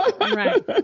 right